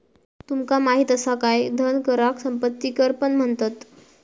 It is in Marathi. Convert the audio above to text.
तुमका माहित असा काय धन कराक संपत्ती कर पण म्हणतत?